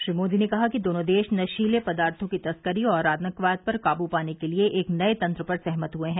श्री मोदी ने कहा कि दोनों देश नशीले पदार्थों की तस्करी और आतंकवाद पर काबू पाने के लिए एक नये तंत्र पर सहमत हुए हैं